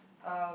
um